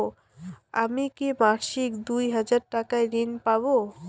আমি কি মাসিক দুই হাজার টাকার ঋণ পাব?